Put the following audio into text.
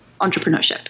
entrepreneurship